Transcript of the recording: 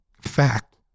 fact